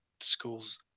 schools